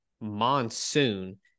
monsoon